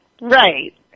Right